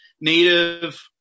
native